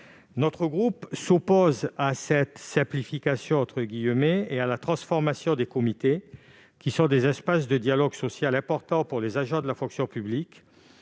Notre groupe s'oppose à cette « simplification » et à la transformation des comités, qui sont des espaces de dialogue social importants pour les agents de la fonction publique.